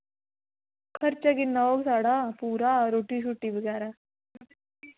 खर्चा किन्ना होग साढ़ा पूरा रुट्टी शूट्टी बगैरा